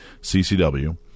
CCW